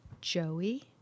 Joey